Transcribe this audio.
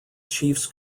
chiefs